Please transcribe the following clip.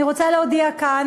אני רוצה להודיע כאן,